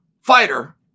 fighter